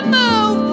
move